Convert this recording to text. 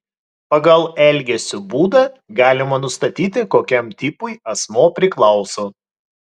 pagal elgesio būdą galima nustatyti kokiam tipui asmuo priklauso